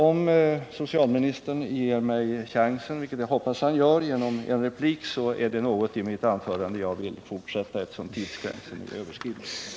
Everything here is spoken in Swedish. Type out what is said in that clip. Om socialministern ger mig chansen genom en replik, vilket jag hoppas att han gör, har jag ytterligare en del att tillägga. Tidsgränsen är nu överskriden.